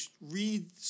read